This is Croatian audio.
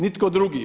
Nitko drugi.